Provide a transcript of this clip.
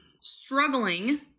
struggling